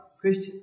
Christian